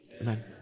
Amen